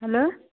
hello